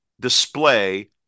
display